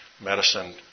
medicine